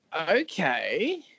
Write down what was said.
okay